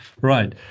Right